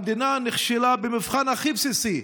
המדינה נכשלה במבחן הכי בסיסי,